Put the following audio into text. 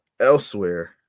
Elsewhere